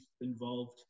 involved